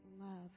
love